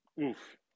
oof